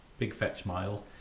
BigFetchMile